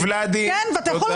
ולדי, תודה.